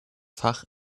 fach